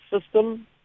system